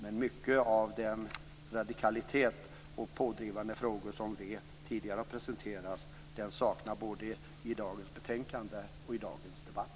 Men mycket av den radikalitet i pådrivande frågor som Vänsterpartiet tidigare har presenterat saknas både i dagens betänkande och i dagens debatt.